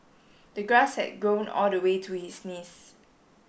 the grass had grown all the way to his knees